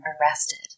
arrested